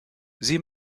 sie